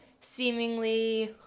seemingly